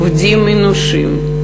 עובדים אנושיים,